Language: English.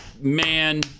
Man